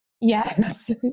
Yes